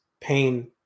pain